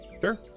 Sure